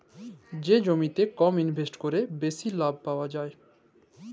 যে জমিতে কম ইলভেসেট ক্যরে বেশি লাভ পাউয়া যায়